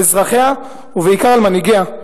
על אזרחיה ובעיקר על מנהיגיה,